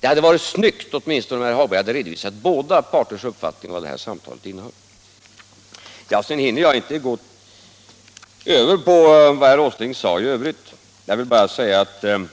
Det hade varit snyggt om herr Hagberg hade redovisat båda parters uppfattning om vad det här samtalet innehöll. Jag hinner i min replik inte gå in på vad herr Åsling i övrigt sade. Jag vill bara påpeka att han